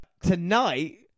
Tonight